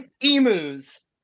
emus